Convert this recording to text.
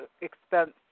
expense